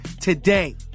today